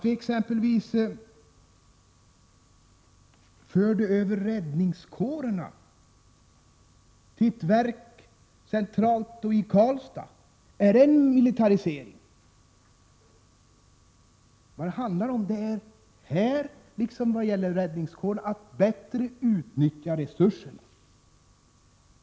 Var exempelvis överföringen av räddningskårerna till ett centralt verk i Karlstad en militarisering? Det handlar i detta fall, liksom vad gäller räddningskårerna, om att bättre utnyttja resurserna.